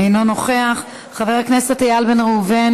אינו נוכח, חבר הכנסת איל בן ראובן,